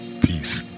peace